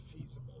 feasible